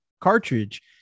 cartridge